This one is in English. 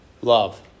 Love